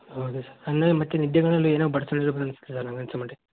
ಹೌದು ಸರ್ ಅಂದರೆ ಮತ್ತೆ ನಿದ್ದೆಗಣ್ಣಲ್ಲಿ ಏನೋ ಬಡ್ತಣಿದೆಪ್ ಅನ್ಸ್ತದ ನಂಗೆ ಅನ್ಸೊ ಮಟ್ಟ